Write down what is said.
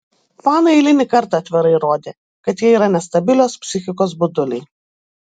fanai eilinį kartą atvirai įrodė kad jie yra nestabilios psichikos buduliai